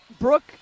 Brooke